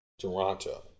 Toronto